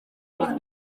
akazi